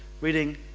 reading